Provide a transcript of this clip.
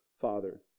Father